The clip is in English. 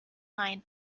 line